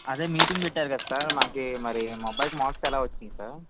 అదే మీటింగ్ పెట్టారు కదా సార్ మనకి మరి మా అబ్బాయికి మార్క్స్ ఎలా వచ్చాయి సార్